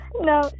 No